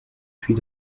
puis